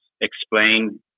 explain